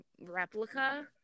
replica